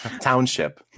Township